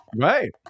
right